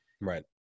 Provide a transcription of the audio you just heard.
Right